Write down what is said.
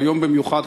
והיום במיוחד,